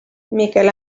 miquel